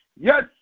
Yes